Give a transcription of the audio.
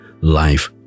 life